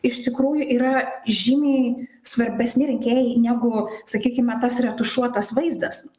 iš tikrųjų yra žymiai svarbesni rinkėjai negu sakykime tas retušuotas vaizdas